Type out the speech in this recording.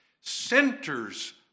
centers